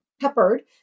peppered